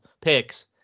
picks